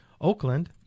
Oakland